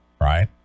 right